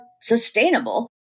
sustainable